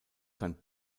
sein